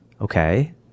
okay